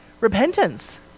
Repentance